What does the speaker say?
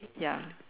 ya